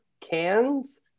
cans